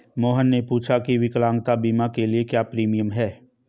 मोहन ने पूछा की विकलांगता बीमा के लिए क्या प्रीमियम है?